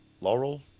Laurel